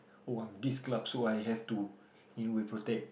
oh I'm this club so I have to in a way protect